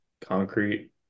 concrete